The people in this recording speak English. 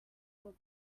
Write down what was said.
will